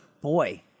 Boy